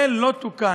זה לא תוקן.